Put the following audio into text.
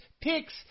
picks